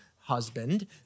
husband